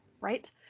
Right